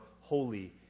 holy